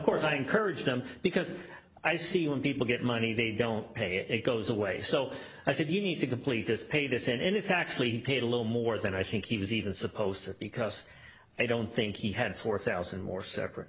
course i encouraged them because i see when people get money they don't pay it it goes away so i said you need to complete this pay this and it's actually paid a little more than i think he was even supposed to because i don't think he had four thousand more separate